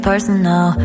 Personal